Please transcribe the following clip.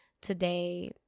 today